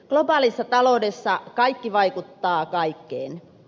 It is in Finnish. globaalissa taloudessa kaikki vaikuttaa kaikkeen